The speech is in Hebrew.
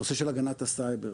הנושא של הגנת הסייבר,